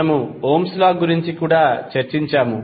మనము ohm's law Ohms law గురించి కూడా చర్చించాము